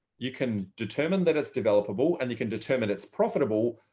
you can determine that it's developable and you can determine it's profitable,